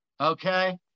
okay